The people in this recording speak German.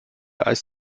eis